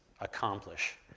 accomplish